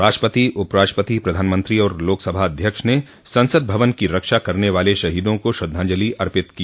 राष्ट्रपति उपराष्ट्रपति प्रधानमंत्री और लोकसभा अध्यक्ष ने संसद भवन की रक्षा करने वाले शहीदों को श्रद्धांजलि अर्पित की